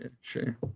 Sure